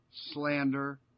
slander